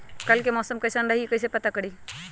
कल के मौसम कैसन रही कई से पता करी?